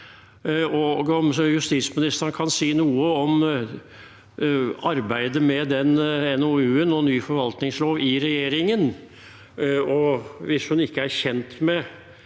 Kan justisministeren si noe om arbeidet med den NOU-en og ny forvaltningslov i regjeringen? Hvis hun ikke er kjent med